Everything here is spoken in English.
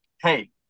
hey